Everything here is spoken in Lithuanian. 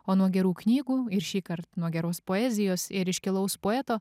o nuo gerų knygų ir šįkart nuo geros poezijos ir iškilaus poeto